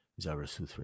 Zarathustra